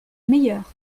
meilleur